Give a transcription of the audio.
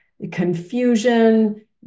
confusion